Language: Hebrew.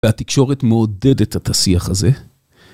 והתקשורת מעודדת את השיח הזה